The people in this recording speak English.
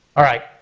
alright,